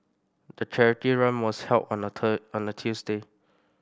the charity run was held on a on a Tuesday